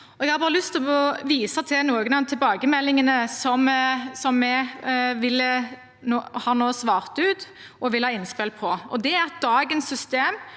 til å vise til noen av tilbakemeldingene som vi nå har svart ut og vil ha innspill på. Det er